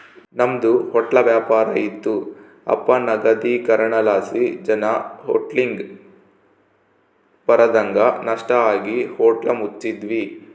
ನಮ್ದು ಹೊಟ್ಲ ವ್ಯಾಪಾರ ಇತ್ತು ಅಪನಗದೀಕರಣಲಾಸಿ ಜನ ಹೋಟ್ಲಿಗ್ ಬರದಂಗ ನಷ್ಟ ಆಗಿ ಹೋಟ್ಲ ಮುಚ್ಚಿದ್ವಿ